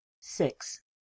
Six